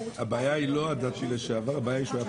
לדיון בהצעות החוק הבאות.